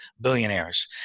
billionaires